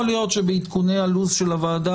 יכול להיות שבעדכוני הלו"ז של הוועדה